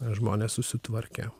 žmonės susitvarkė